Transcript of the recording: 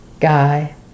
Guy